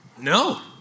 No